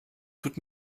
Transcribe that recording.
tut